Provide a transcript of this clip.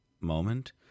moment